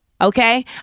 Okay